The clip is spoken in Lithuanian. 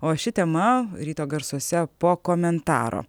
o ši tema ryto garsuose po komentaro